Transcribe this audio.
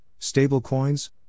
stablecoins